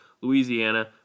Louisiana